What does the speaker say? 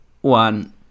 one